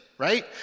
right